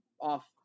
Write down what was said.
off